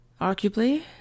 Arguably